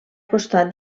costat